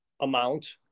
amount